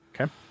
okay